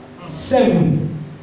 seven